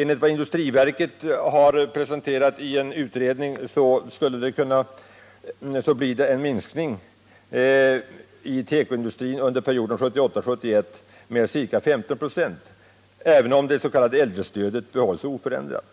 Enligt en utredning som industriverket presenterat blir det en minskning i tekoindustrin under perioden 1978-1981 med ca 15 96, även om det s.k. äldrestödet bibehålls oförändrat.